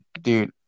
Dude